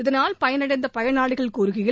இதனால் பயனடைந்த பயனாளிகள் கூறுகையில்